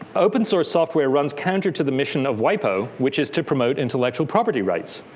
open-source software runs counter to the mission of wipo, which is to promote intellectual property rights.